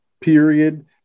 period